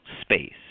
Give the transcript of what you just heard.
space